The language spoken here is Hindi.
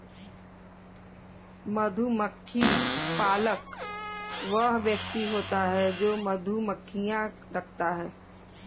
मधुमक्खी पालक वह व्यक्ति होता है जो मधुमक्खियां रखता है